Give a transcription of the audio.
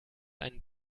einen